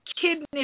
kidney